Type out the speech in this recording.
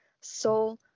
soul